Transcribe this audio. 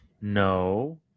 No